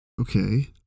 Okay